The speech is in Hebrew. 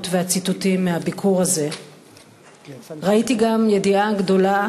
והציטוטים מהביקור הזה ראיתי גם ידיעה גדולה